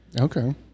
Okay